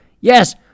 yes